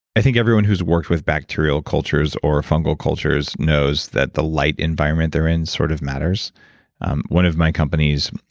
i think everyone who's worked with bacterial cultures or fungal cultures knows that the light environment they're in sort of matters one of my companies,